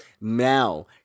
Now